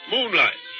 Moonlight